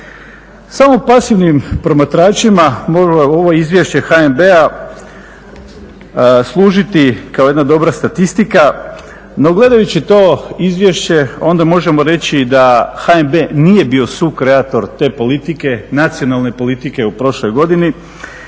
Samo pasivnim promatračima može ovo izvješće HNB-a služiti kao jedna dobra statistika, no gledajući to izvješće onda možemo reći da HNB nije bio sukreator te politike, nacionalne politike u prošloj godini